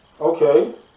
Okay